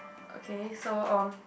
okay so um